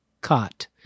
caught